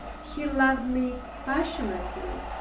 he loved me passionately,